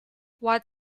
what